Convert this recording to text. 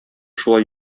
шулай